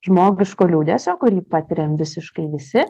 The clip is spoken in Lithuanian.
žmogiško liūdesio kurį patiriam visiškai visi